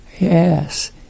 Yes